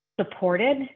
supported